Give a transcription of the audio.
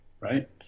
right